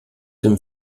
dem